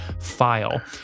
file